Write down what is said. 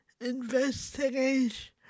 investigate